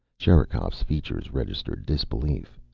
sherikov's features registered disbelief.